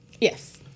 yes